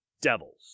devils